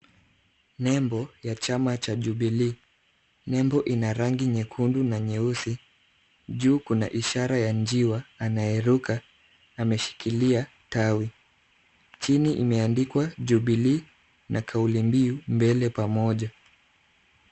Nembo ya chama cha Jubilee. Nembo ina rangi nyekundu na nyeusi. Juu kuna ishara ya njiwa anayeruka ameshikilia tawi. Chini imeandikwa Jubilee na kauli mbiu, mbele pamoja.